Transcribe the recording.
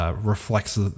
reflects